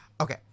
okay